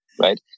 right